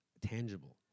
tangible